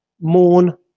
mourn